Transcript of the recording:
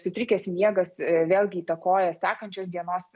sutrikęs miegas vėlgi įtakoja sekančios dienos